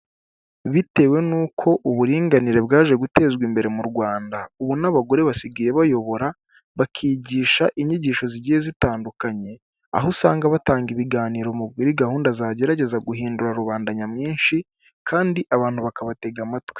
Bitewe n'uko uburinganire bwaje gutezwa imbere mu Rwanda, ubu n'abagore basigaye bayobora, bakigisha inyigisho zigiye zitandukanye, aho usanga batanga ibiganiro muri gahunda zagerageza guhindura rubanda nyamwinshi kandi abantu bakabatega amatwi.